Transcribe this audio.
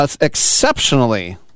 exceptionally